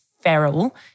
feral